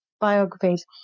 biographies